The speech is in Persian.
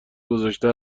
گذاشته